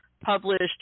published